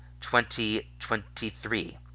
2023